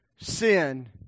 Sin